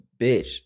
bitch